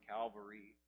Calvary